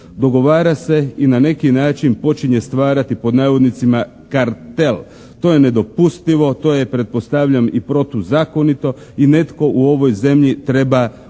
dogovara se i na neki način počinje stvarati pod navodnicima kartel. To je nedopustivo. To je pretpostavljam i protuzakonito i netko u ovoj zemlji treba reagirati.